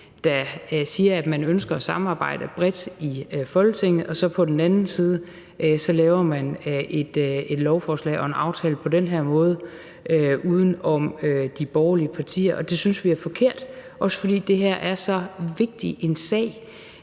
der siger, at man ønsker at samarbejde bredt i Folketinget, og som på den anden side laver et lovforslag og en aftale på den her måde uden om de borgerlige partier. Det synes vi er forkert, også fordi det her er så vigtig en sag